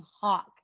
hawk